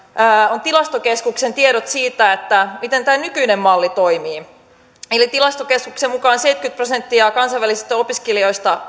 on tilastokeskuksen tiedot siitä miten tämä nykyinen malli toimii tilastokeskuksen mukaan seitsemänkymmentä prosenttia kansainvälisistä opiskelijoista